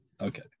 Okay